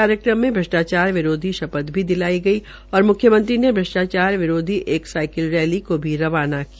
कार्यक्रम में भ्रष्ठाचार विरोधी शपथ दिलाई गई और मुख्यमंत्री ने भ्रष्टाचार विरोधी एक साइकिल रैली को भी रवाना किया